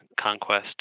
conquest